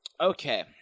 Okay